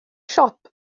siop